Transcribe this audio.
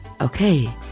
Okay